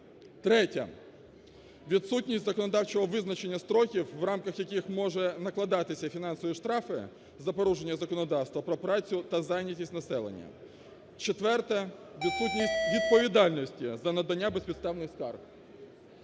Третє, відсутність законодавчого визначення строків, в рамках яких може накладатися фінансові штрафи за порушення законодавства про працю та зайнятість населення. Четверте, відсутність відповідальності за надання безпідставних скарг.